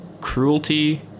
cruelty